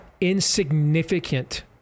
insignificant